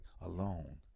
alone